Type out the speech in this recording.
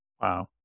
Wow